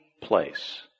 place